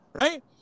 right